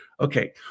Okay